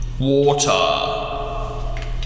Water